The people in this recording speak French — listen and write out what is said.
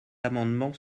amendement